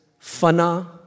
fana